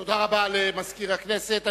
תודה רבה למזכיר הכנסת.